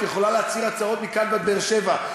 את יכולה להצהיר הצהרות מכאן ועד באר-שבע.